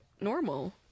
normal